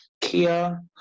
Kia